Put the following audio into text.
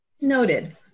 Noted